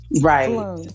Right